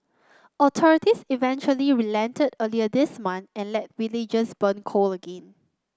authorities eventually relented earlier this month and let villagers burn coal again